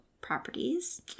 properties